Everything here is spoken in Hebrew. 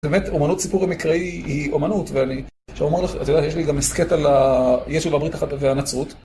באמת, אמנות סיפור המקראי היא אמנות, ואני, כשאומר לך, אתה יודע, יש לי גם הסכת על ישו והברית והנצרות.